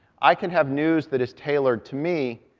i could have news that is tailored to me,